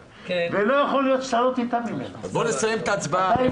ואנחנו נעלה אותה להצבעה כהכנה לקריאה הראשונה.